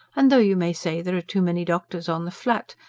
and though you may say there are too many doctors on the flat,